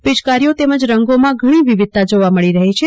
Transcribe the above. પિચકારીઓ તેમજ રંગોમાં ઘણી વિવિધતા જોવા મળી રહી છે